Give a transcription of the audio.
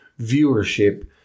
viewership